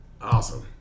awesome